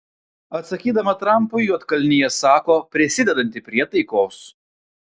atsakydama trampui juodkalnija sako prisidedanti prie taikos